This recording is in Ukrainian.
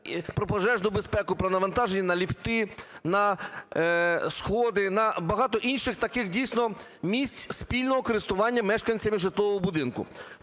про пожежну безпеку, про навантаження на ліфти, на сходи, на багато інших таких, дійсно, місць спільного користування мешканцями житлового будинку.